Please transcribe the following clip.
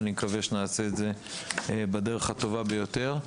ואני אקווה שנעשה את זה בדרך הטובה ביותר.